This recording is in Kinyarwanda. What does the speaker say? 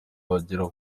bagera